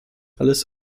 alles